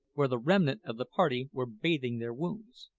where the remnant of the party were bathing their wounds.